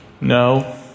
No